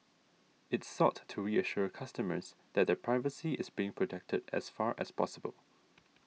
it sought to reassure customers that their privacy is being protected as far as possible